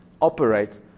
operate